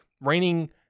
raining